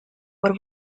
por